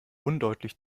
undeutlich